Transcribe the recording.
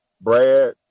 Brad